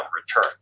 return